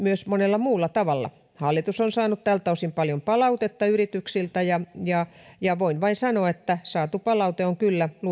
monella muulla tavalla hallitus on saanut tältä osin paljon palautetta yrityksiltä ja ja voin vain sanoa että saatu palaute on kyllä luettu